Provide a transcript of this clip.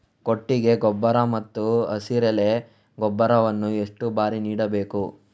ಕೊಟ್ಟಿಗೆ ಗೊಬ್ಬರ ಮತ್ತು ಹಸಿರೆಲೆ ಗೊಬ್ಬರವನ್ನು ಎಷ್ಟು ಬಾರಿ ನೀಡಬೇಕು?